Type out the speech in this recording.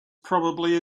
probably